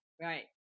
Right